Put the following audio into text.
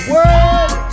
World